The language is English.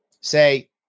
Say